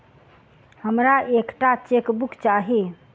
हमरा एक टा चेकबुक चाहि